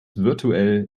virtuell